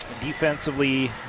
Defensively